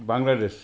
Bangladesh